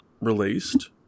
released